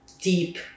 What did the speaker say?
deep